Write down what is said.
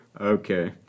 Okay